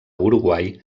uruguai